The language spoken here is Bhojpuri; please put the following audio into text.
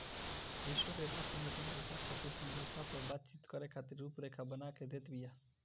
विश्व व्यापार संगठन व्यापार खातिर समझौता पअ बातचीत करे खातिर रुपरेखा बना के देत बिया